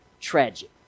tragic